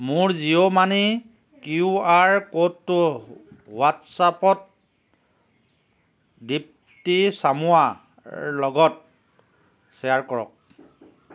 মোৰ Jio money Q R ক'ডটো হোৱাট্ছএপত দীপ্তী চামুৱাৰ লগত শ্বেয়াৰ কৰক